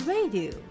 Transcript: Radio